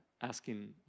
asking